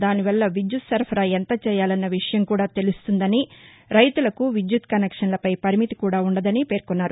దానివల్ల విద్యుత్ సరఫరా ఎంత చేయాలన్న విషయం కూడా తెలుస్తుందని రైతులకు విద్యుత్ కనెక్షన్లపై పరిమితి కూడా ఉండదని పేర్కొన్నారు